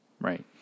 Right